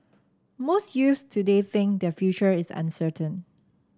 most youths today think their future is uncertain